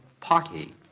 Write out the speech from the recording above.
party